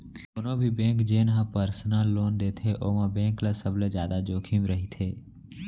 कोनो भी बेंक जेन ह परसनल लोन देथे ओमा बेंक ल सबले जादा जोखिम रहिथे